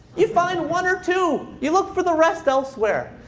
you find one or two. you look for the rest elsewhere.